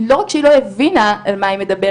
לא רק שהיא לא הבינה על מה היא מדברת,